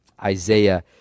Isaiah